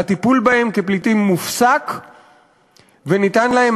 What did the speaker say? הטיפול בהם כפליטים מופסק וניתן להם